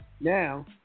Now